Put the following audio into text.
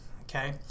Okay